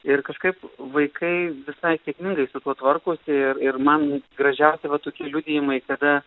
ir kažkaip vaikai visai sėkmingai su tuo tvarkosi ir ir man gražiausi va tokie liudijimai kada